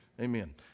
Amen